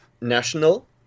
national